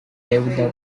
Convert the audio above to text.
deuda